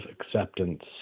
acceptance